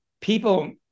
people